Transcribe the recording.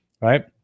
right